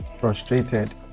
frustrated